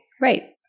Right